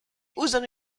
usano